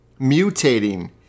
mutating